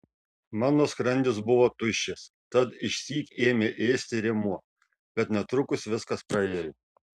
mano skrandis buvo tuščias tad išsyk ėmė ėsti rėmuo bet netrukus viskas praėjo